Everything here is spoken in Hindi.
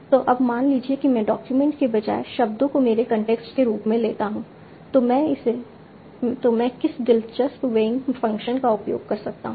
तो अब मान लीजिए कि मैं डॉक्यूमेंट के बजाय शब्दों को मेरे कॉन्टेक्स्ट के रूप में लेता हूं तो मैं किस दिलचस्प वेइंग फ़ंक्शन का उपयोग कर सकता हूं